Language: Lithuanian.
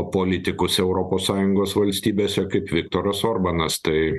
politikus europos sąjungos valstybėse kaip viktoras orbanas tai